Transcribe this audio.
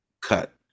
cut